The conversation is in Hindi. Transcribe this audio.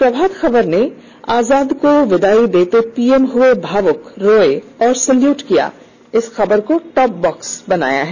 प्रभात खबर ने आजाद को विदाई देते पीएम हुए भावुक रोए और सैल्यूट किया खबर को टॉप बॉक्स बनाया है